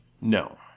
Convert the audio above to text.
No